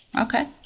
Okay